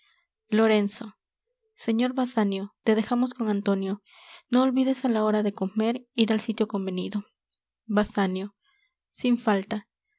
lorenzo señor basanio te dejamos con antonio no olvides á la hora de comer ir al sitio convenido basanio sin falta